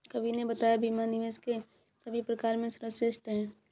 कवि ने बताया बीमा निवेश के सभी प्रकार में सर्वश्रेष्ठ है